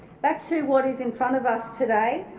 back to what is in front of us today.